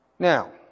Now